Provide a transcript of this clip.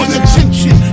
attention